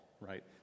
right